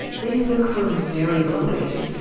they work for very low wages,